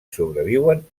sobreviuen